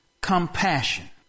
Compassion